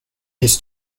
his